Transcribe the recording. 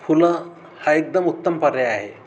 फुलं हा एकदम उत्तम पर्याय आहे